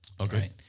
Okay